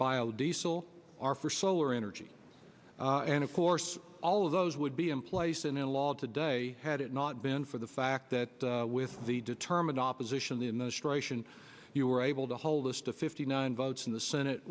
bio diesel or for solar energy and of course all of those would be in place in a lot today had it not been for the fact that with the determined opposition the administration you were able to hold this to fifty nine votes in the senate